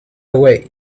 away